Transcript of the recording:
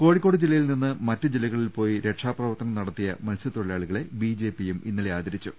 കോഴിക്കോട് ജില്ലയിൽ നിന്ന് മറ്റു ജില്ലകലിൽ പോയി രക്ഷാ പ്രവർത്തനം നടത്തിയ മത്സ്യത്തൊഴിലാളികളെ ബിജെപിയും ഇന്നലെ ആദരിച്ചു